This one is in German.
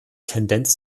tendenz